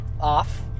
off